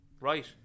right